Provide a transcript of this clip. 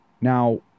now